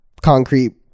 concrete